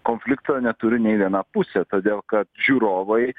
konflikto neturi nei viena pusė todėl kad žiūrovai